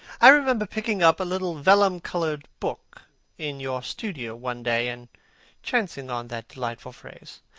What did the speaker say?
i remember picking up a little vellum-covered book in your studio one day and chancing on that delightful phrase.